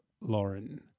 Lauren